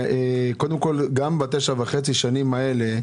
גם ב-9.5 שנים האלה,